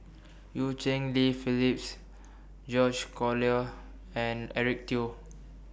EU Cheng Li Phillips George Collyer and Eric Teo